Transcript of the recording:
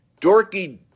dorky